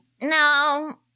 No